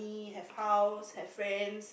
he have house have friends